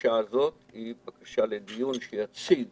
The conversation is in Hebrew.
הבקשה לדיון הזה, דיון שיציג